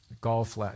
golf